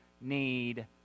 need